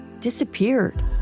disappeared